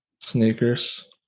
Sneakers